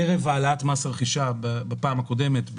ערב העלאת מס הרכישה בפעם הקודמת,